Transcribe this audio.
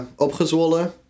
Opgezwollen